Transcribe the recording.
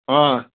آ